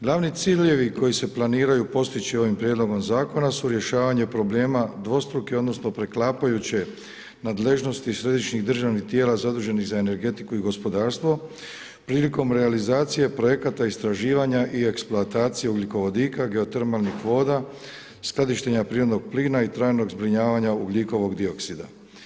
Glavni ciljevi koji se planiraju postići ovim prijedlogom zakona su rješavanje problema dvostruki odnosno preklapajuće nadležnosti središnjih državnih tijela zaduženih za energetiku i gospodarstvo prilikom realizacije projekata istraživanja i eksploatacije ugljikovodika i geotermalnih voda, skladištenja prirodnog plina i trajnog zbrinjavanja ugljikovog dioksida.